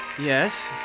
Yes